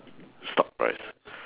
stock price